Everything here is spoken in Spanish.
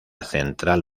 central